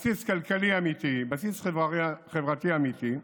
בסיס כלכלי אמיתי, בסיס חברתי אמיתי,